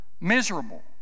Miserable